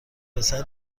پسر